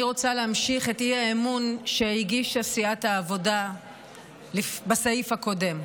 אני רוצה להמשיך את האי-אמון שהגישה סיעת העבודה בסעיף הקודם.